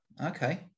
Okay